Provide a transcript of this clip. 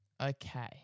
Okay